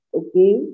okay